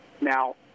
Now